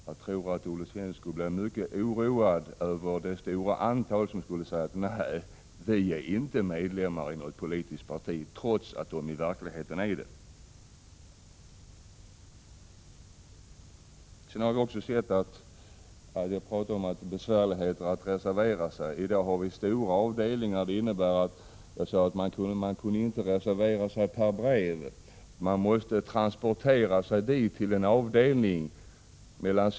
Jag tror att Olle Svensson skulle bli mycket oroad över det stora antal som skulle säga: Nej, vi är inte medlemmar i något politiskt parti — trots att de i verkligheten är det. Jag talade också om besvärligheterna att reservera sig. I dag har vi stora avdelningar, men man kan inte reservera sig per brev. Man måste transportera sig till en avdelning mellan kl.